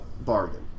bargain